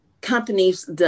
companies